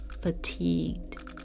fatigued